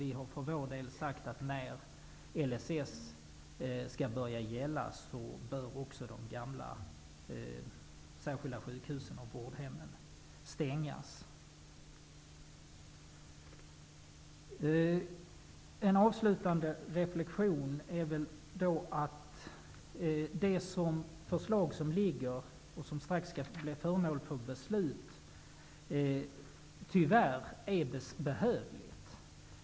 Vi har sagt att när LSS skall träda i kraft bör de gamla sjukhusen och vårdhemmen stängas. Jag har en avslutande reflexion. Det förslag som föreligger och som vi strax skall fatta beslut om är tyvärr behövligt.